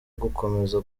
gukomeza